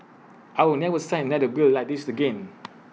I will never sign another bill like this again